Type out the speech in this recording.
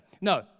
No